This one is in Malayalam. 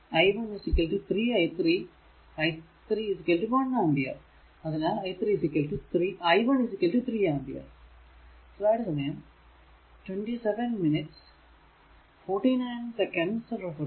i 1 3 i 3 i 3 1ആംപിയർ അതിനാൽ i 1 3 ആംപിയർ